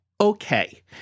okay